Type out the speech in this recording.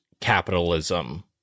capitalism